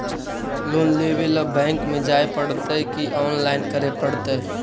Loan लेवे ल bank में जाय पड़तै कि औनलाइन करे पड़तै?